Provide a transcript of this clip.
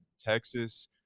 Texas